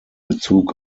bezug